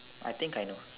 I think I know